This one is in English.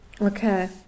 Okay